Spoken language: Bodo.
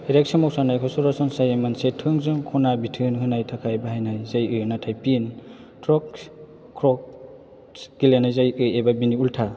रेकट सोमावसारनायखौ सरासनस्रायै मोनसे थोंजों ख'ना बिथोन होनाय थाखाय बाहायनाय जायो नाथाय फिन ट्रक्स क्रक्स गेलेनाय जायो एबा बिनि उल्था